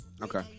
Okay